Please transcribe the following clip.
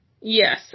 Yes